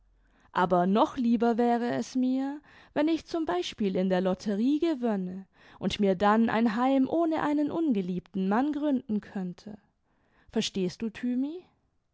aber noch lieber wäre es mir wenn ich zum beispiel in der lotterie gewönne und mir dann ein heim ohne einen ungeliebten mann gründen könnte verstehst du thymi